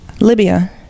Libya